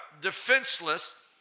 defenseless